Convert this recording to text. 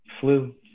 flu